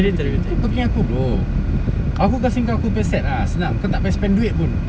kau pergi dengan aku bro aku bagi engkau aku punya set ah senang kau tak payah spend duit pun